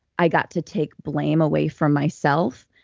i got to take blame away from myself,